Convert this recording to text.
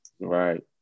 Right